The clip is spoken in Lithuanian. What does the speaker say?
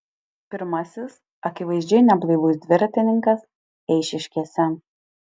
pirmasis akivaizdžiai neblaivus dviratininkas eišiškėse